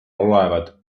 olevad